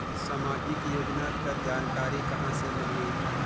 समाजिक योजना कर जानकारी कहाँ से मिलही?